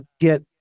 get